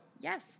Yes